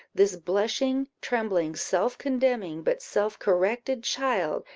this blushing, trembling, self-condemning, but self-corrected child,